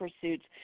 pursuits